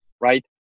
right